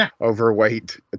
overweight